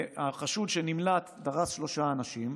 החשוד, שנמלט, דרס שלושה אנשים.